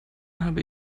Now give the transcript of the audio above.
habe